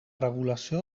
regulació